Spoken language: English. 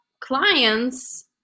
clients